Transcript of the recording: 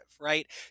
right